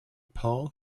paul